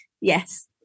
Yes